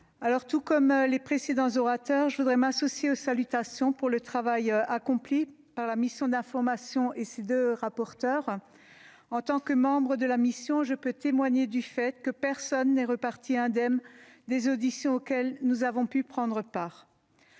tout comme les précédents orateurs, je voudrais moi aussi saluer le travail accompli par la mission d'information, sa présidente et sa rapporteure. En tant que membre de cette mission, je peux témoigner du fait que personne n'est ressorti indemne des auditions auxquelles nous avons pu prendre part.